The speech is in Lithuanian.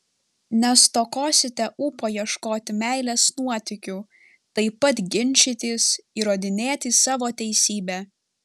nestokosite ūpo ieškoti meilės nuotykių taip pat ginčytis įrodinėti savo teisybę